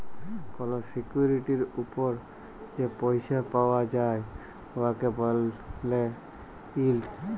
call সিকিউরিটির উপর যে পইসা পাউয়া যায় উয়াকে ব্যলে ইল্ড